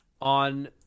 on